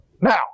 Now